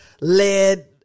led